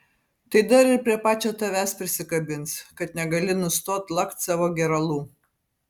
tai dar ir prie pačio tavęs prisikabins kad negali nustot lakt savo gėralų